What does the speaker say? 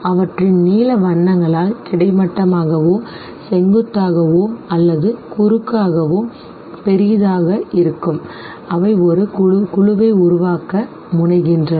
அவற்றின் நீல வண்ணங்களால் கிடைமட்டமாகவோ செங்குத்தாகவோ அல்லது குறுக்காகவோ பெரியதாக இருக்கும் அவை ஒரு குழுவை உருவாக்க முனைகின்றன